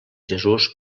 jesús